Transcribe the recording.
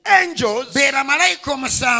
angels